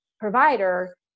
provider